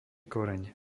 koreň